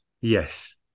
Yes